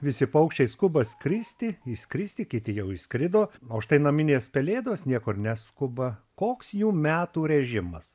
visi paukščiai skuba skristi išskristi kiti jau išskrido o štai naminės pelėdos niekur neskuba koks jų metų režimas